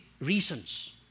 reasons